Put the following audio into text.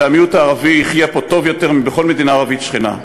והמיעוט הערבי יחיה פה טוב יותר מבכל מדינה ערבית שכנה.